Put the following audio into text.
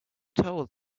told